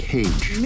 Cage